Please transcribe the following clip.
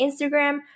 Instagram